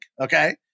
Okay